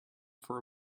for